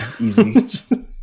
Easy